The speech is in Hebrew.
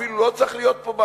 אפילו לא צריך במתנה.